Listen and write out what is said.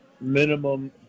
minimum